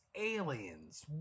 Aliens